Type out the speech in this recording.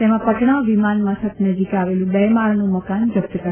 તેમાં પટણા વિમાન મથક નજીક આવેલુ બે માળનું મકાન જપ્ત કરાયું છે